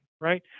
Right